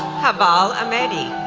haval amedi,